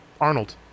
arnold